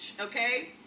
okay